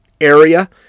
area